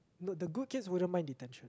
no the good kids wouldn't mind detention